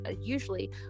usually